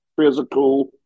physical